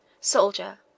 Soldier